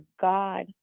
God